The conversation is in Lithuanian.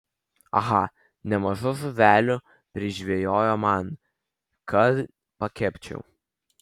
aha nemaža žuvelių prižvejojo man kad pakepčiau